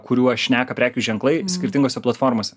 kuriuo šneka prekių ženklai skirtingose platformose